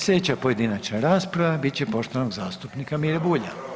Slijedeća pojedinačna rasprava bit će poštovanog zastupnika Mire Bulja.